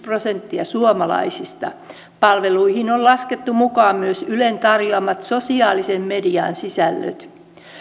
prosenttia suomalaisista palveluihin on laskettu mukaan myös ylen tarjoamat sosiaalisen median sisällöt